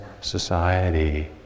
society